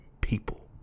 people